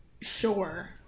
Sure